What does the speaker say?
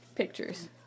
Pictures